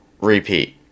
repeat